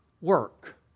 work